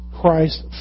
Christ